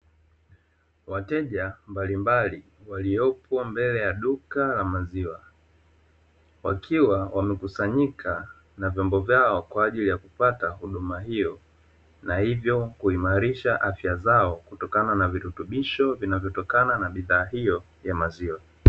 Wateja mbalimbali waliopo mbele ya duka la maziwa, wakiwa wamekusanyika na vyombo vyao kwa ajili ya kupata huduma hiyo, na hivyo kuimarisha afya zao, kutokana na virutubisho vinavyotokana na bidhaa hiyo ya maziwa.